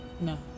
No